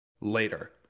later